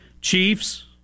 Chiefs